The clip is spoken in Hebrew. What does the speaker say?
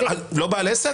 לא בעל עסק?